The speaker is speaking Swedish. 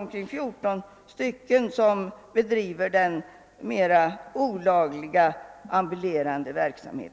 omkring 14 av dessa som bedriver en mera olaglig ambulerande verksamhet.